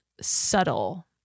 subtle